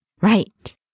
Right